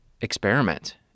experiment